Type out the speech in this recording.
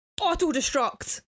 Auto-destruct